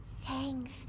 Thanks